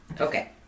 Okay